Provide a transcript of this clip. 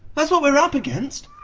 that's what we're up against!